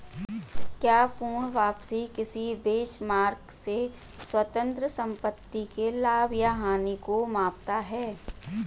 क्या पूर्ण वापसी किसी बेंचमार्क से स्वतंत्र संपत्ति के लाभ या हानि को मापता है?